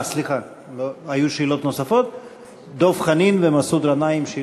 היו שאלות נוספות, של דב חנין ומסעוד גנאים.